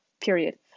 Period